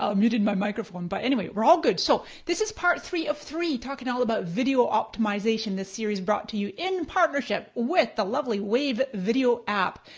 ah muted my microphone. but anyway, we're all good. so this is part three of three talking all about video optimization. this series brought to you in partnership with the lovely wave video app.